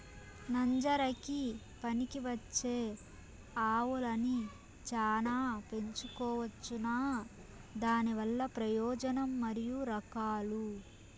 నంజరకి పనికివచ్చే ఆవులని చానా పెంచుకోవచ్చునా? దానివల్ల ప్రయోజనం మరియు రకాలు?